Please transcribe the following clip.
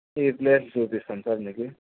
ఈ ప్లేస్ చూపిస్తాం సార్ మీకు